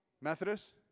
Methodist